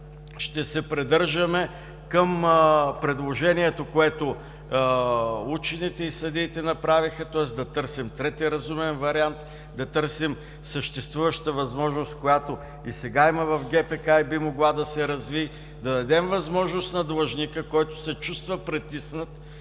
ще се придържаме към предложението, което учените и съдиите направиха, тоест да търсим трети разумен вариант. Да търсим съществуваща възможност, която и сега има в ГПК и би могла да се развие. Да дадем възможност на длъжника, който се чувства притиснат,